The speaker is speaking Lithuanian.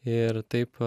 ir taip